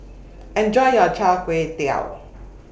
Enjoy your Char Kway Teow